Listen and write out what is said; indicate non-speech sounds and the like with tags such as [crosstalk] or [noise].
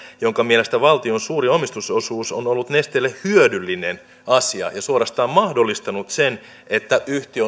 jonka mielestä valtion suuri omistusosuus on ollut nesteelle hyödyllinen asia ja suorastaan mahdollistanut sen että yhtiö [unintelligible]